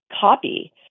copy